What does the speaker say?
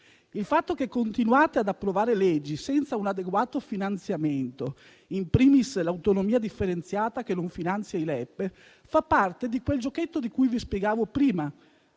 Il fatto che continuate ad approvare leggi senza un adeguato finanziamento - penso *in primis* all'autonomia differenziata che non finanzia i LEP - fa parte di quel giochetto che vi spiegavo prima: